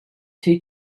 two